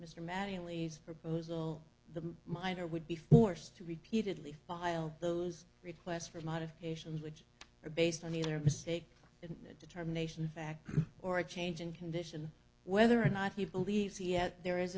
mr mattingly proposal the miner would be forced to repeatedly file those requests for modifications which are based on either a mistake in the determination of fact or a change in condition whether or not he believes he had there is